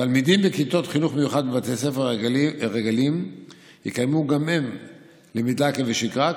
תלמידים בכיתות חינוך מיוחד בבתי ספר רגילים יקיימו גם הם למידה כבשגרה,